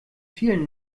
vielen